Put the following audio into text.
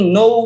no